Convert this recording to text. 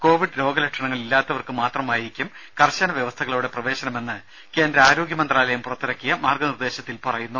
Covid രോഗലക്ഷണങ്ങൾ ഇല്ലാത്തവർക്കു മാത്രമായിരിക്കും കർശന വ്യവസ്ഥകളോടെ പ്രവേശനമെന്ന് കേന്ദ്ര ആരോഗ്യമന്ത്രാലയം പുറത്തിറക്കിയ മാർഗ്ഗനിർദ്ദേശത്തിൽ പറയുന്നു